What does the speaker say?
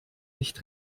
nicht